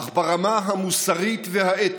אך ברמה המוסרית והאתית,